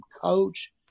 coach